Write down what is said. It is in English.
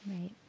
Right